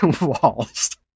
walls